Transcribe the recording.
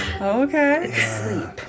Okay